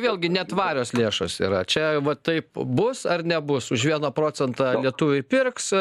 vėlgi netvarios lėšos yra čia va taip bus ar nebus už vieną procentą lietuviai pirks